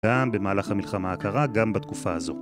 גם במהלך המלחמה הקרה, גם בתקופה הזו.